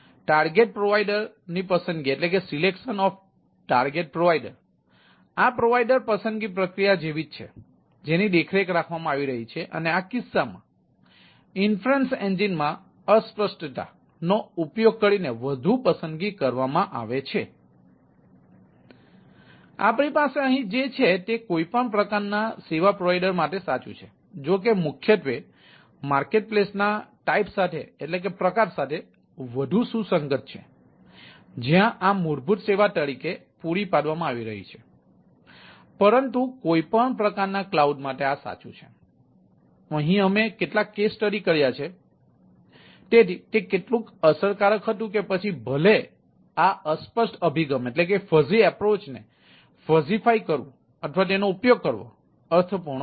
તેથી ટાર્ગેટ પ્રોવાઇડરની પસંદગીનો ઉપયોગ કરીને વધુ પસંદગી કરવામાં આવે છે તેથી આપણી પાસે અહીં જે છે તે કોઈપણ પ્રકારના સેવા પ્રોવાઇડર માટે સાચું છે જોકે મુખ્યત્વે તે માર્કેટપ્લસ ના પ્રકાર કરવું અથવા તેનો ઉપયોગ કરવો અર્થપૂર્ણ હોય